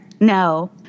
No